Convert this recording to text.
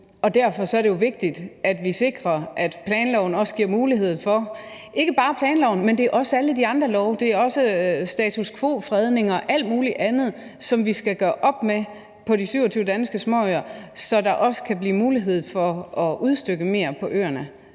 derfor er det jo vigtigt, at vi sikrer, at planloven også giver mulighed for det. Og det er ikke bare planloven, men også alle de andre love. Det er også status quo-fredninger og alt muligt andet, som vi skal gøre op med på de 27 danske småøer, så der også kan blive mulighed for at udstykke mere på øerne,